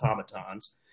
automatons